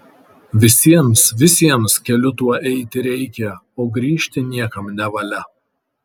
visiems visiems keliu tuo eiti reikia o grįžti niekam nevalia